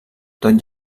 tot